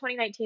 2019